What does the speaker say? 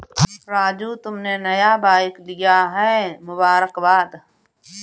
राजू तुमने नया बाइक लिया है मुबारकबाद